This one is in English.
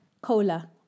cola